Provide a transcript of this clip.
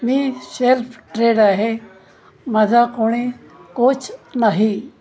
मी self trade आहे माझा कोणी कोच नाही